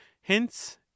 hence